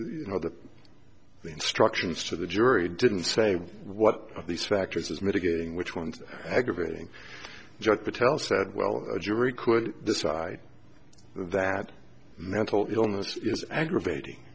you know the instructions to the jury didn't say what these practices mitigating which ones aggravating judge patel said well a jury could decide that mental illness is aggravating